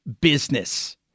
business